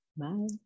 bye